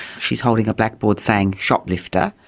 she is holding a blackboard saying shoplifter,